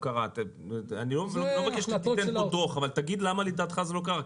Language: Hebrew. אני לא מבקש שתגיש פה דוח אבל תגיד למה לדעתך זה לא קרה.